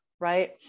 right